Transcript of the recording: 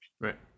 right